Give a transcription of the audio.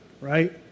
right